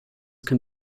can